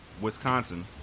Wisconsin